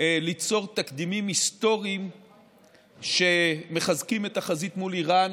ליצור תקדימים היסטוריים שמחזקים את החזית מול איראן